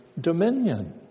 dominion